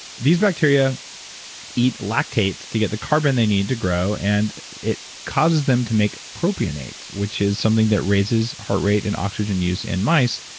bacteria eat lactates to get the carbon they need to grow and it causes them to make propionate, which is something that raises heart rate and oxygen use in mice.